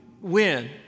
win